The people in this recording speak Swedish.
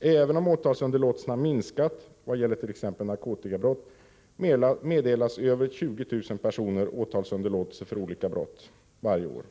Även om åtalsunderlåtelserna minskat t.ex. vad gäller narkotikabrott, meddelas över 20 000 personer åtalsunderlåtelse för olika brott varje år.